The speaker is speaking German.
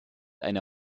eine